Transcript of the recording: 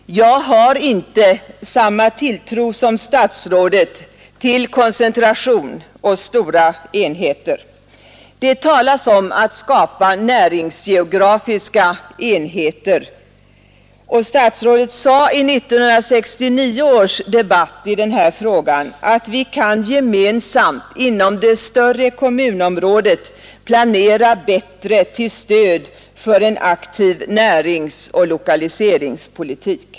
Jag har inte samma tilltro som statsrådet till koncentration och stora enheter. Det talas om att skapa näringsgeografiska enheter, och statsrådet sade i 1969 års debatt i denna fråga att vi kan gemensamt inom det större kommunområdet planera bättre till stöd för en aktiv näringsoch lokaliseringspolitik.